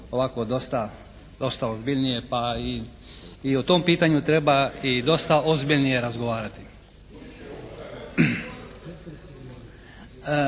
ovako dosta ozbiljnije, pa i o tom pitanju treba i dosta ozbiljnije razgovarati.